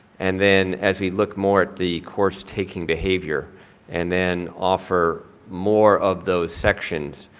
and then as we look more at the course taking behavior and then offer more of those sections.